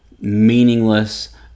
meaningless